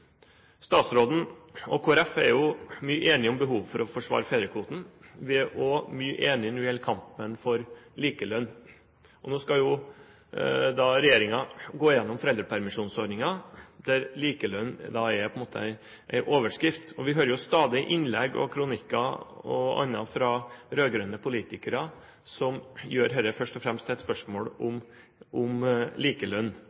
Statsråden og Kristelig Folkeparti er jo mye enige om behovet for å forsvare fedrekvoten. Vi er også mye enige når det gjelder kampen for likelønn. Nå skal jo regjeringen gå igjennom foreldrepermisjonsordningen, der likelønn på en måte er en overskift. Vi ser jo stadig innlegg og kronikker og annet fra rød-grønne politikere som gjør dette først og fremst til et spørsmål om likelønn.